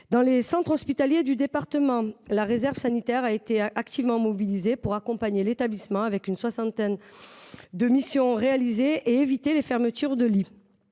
Dans les centres hospitaliers du département, la réserve sanitaire a été activement mobilisée pour accompagner les établissements, avec une soixantaine de missions réalisées, et éviter les fermetures de lits.